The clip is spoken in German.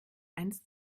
eins